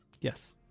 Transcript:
Yes